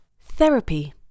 Therapy